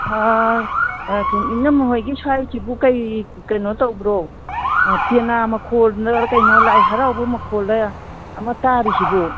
ꯏꯅꯝꯃ ꯍꯣꯏꯒꯤ ꯁ꯭ꯋꯥꯏꯁꯤꯕꯨ ꯀꯩ ꯀꯩꯅꯣ ꯇꯧꯕ꯭ꯔꯣ ꯄꯦꯅꯥ ꯃꯈꯣꯜꯂ ꯀꯩꯅꯣ ꯂꯥꯏ ꯍꯔꯥꯎꯕ ꯃꯈꯣꯜꯂ ꯑꯃ ꯇꯥꯔꯤꯁꯤꯕꯨ